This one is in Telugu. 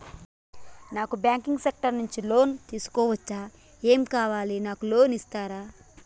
నాకు బ్యాంకింగ్ సెక్టార్ నుంచి లోన్ తీసుకోవచ్చా? ఏమేం కావాలి? నాకు లోన్ ఇస్తారా?